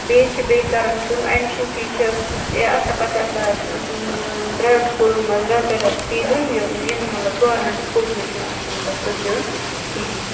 بیٚیہِ چھِ بیٚیہِ کَران کٲم اٮ۪ڈمِشَن فی چھُ یہِ آسان پَتہٕ چھِ آسان پرٛایویٹ سکوٗلَن منٛز رٮ۪تہٕ پَتہٕ رٮ۪تہٕ فی دیُن یہِ یہِ نہٕ مطلب گورمٮ۪نٛٹ سکوٗلَس منٛز چھُنہٕ آسان مطلب سُہ دیُن کِہیٖنۍ